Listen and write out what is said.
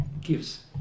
gives